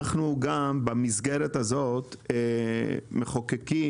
במסגרת הזאת אנחנו גם מחוקקים,